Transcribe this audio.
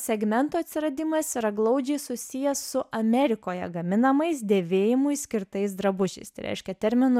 segmento atsiradimas yra glaudžiai susijęs su amerikoje gaminamais dėvėjimui skirtais drabužiais tai reiškia terminu